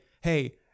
hey